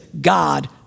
God